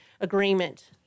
agreement